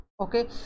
okay